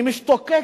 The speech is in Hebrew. אני משתוקק,